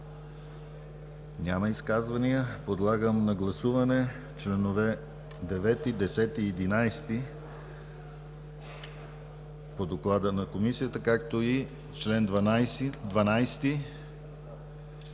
Няма изказвания. Подлагам на гласуване членове 9, 10 и 11 по доклада на Комисията, както и чл. 12